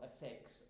effects